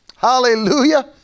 Hallelujah